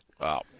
Wow